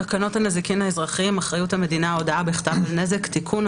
תקנות הנזיקין האזרחיים (אחריות המדינה) (הודעה בכתב על נזק) (תיקון),